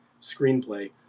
screenplay